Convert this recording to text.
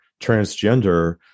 transgender